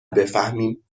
بفهمیم